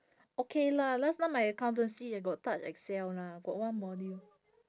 okay lah last time my accountancy I got touch Excel lah got one module